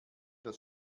das